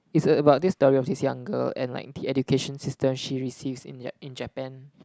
is a about this story of this young girl and like the education system she receives in y~ in Japan